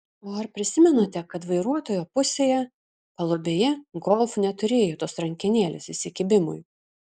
o ar prisimenate kad vairuotojo pusėje palubėje golf neturėjo tos rankenėles įsikibimui